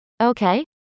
Okay